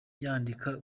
yandika